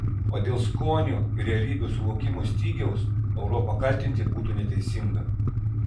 o dėl skonio ir realybės suvokimo stygiaus europą kaltinti būtų neteisinga